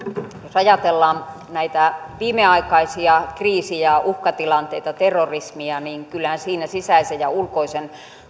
jos ajatellaan näitä viimeaikaisia kriisejä uhkatilanteita ja terrorismia kyllähän niissä sisäisen ja ulkoisen